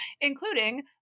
including